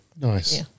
Nice